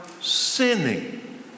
sinning